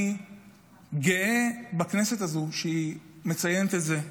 אני גאה בכנסת הזאת על כך שהיא מציינת את זה,